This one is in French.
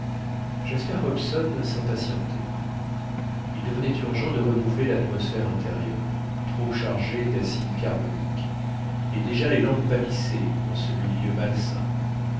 jasper hobson s'impatientait il devenait urgent de renouveler l'atmosphère intérieure trop chargée d'acide carbonique et déjà les lampes pâlissaient dans ce milieu malsain